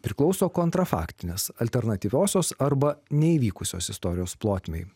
priklauso kontra faktinės alternatyviosios arba neįvykusios istorijos plotmei